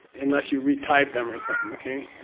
unless you retype them or something, okay?